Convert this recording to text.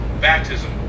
baptism